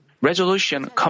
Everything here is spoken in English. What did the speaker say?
Resolution